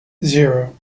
zero